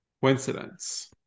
coincidence